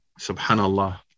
subhanallah